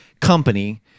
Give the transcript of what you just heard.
company